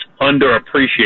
underappreciated